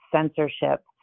censorship